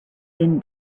din